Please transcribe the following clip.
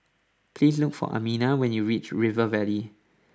please look for Amina when you reach River Valley